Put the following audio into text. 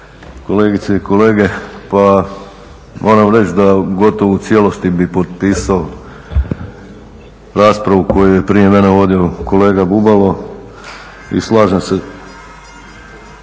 kolegice i kolege. Pa moram reći da gotovo u cijelosti bih potpisao raspravu koju je prije mene vodio kolega Bubalo i slažem se